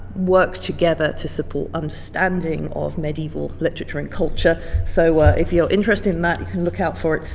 work together to support understanding of medieval literature and culture, so if you're interested in that you can look out for it,